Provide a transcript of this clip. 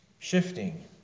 Shifting